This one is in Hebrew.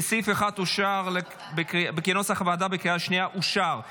סעיף 1, כנוסח הוועדה, אושר בקריאה השנייה.